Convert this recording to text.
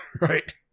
right